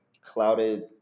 clouded